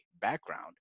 background